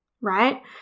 right